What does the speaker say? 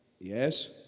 Yes